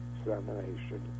examination